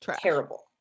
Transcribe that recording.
terrible